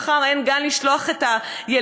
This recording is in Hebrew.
מחר אין גן לשלוח את הילדות.